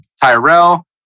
Tyrell